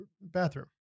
bathroom